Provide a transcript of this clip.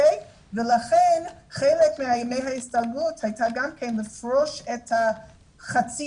לכן חלק מ- -- ההסתגלות הייתה גם כן לפרוש את חצאי